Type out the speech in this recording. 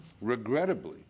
Regrettably